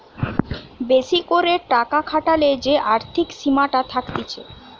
বেশি করে টাকা খাটালে যে আর্থিক সীমাটা থাকতিছে